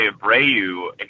Abreu